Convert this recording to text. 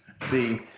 see